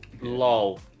lol